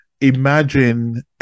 Imagine